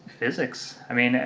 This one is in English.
physics. i mean,